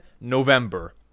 November